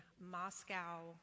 Moscow